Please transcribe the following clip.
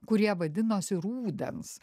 kurie vadinosi rudens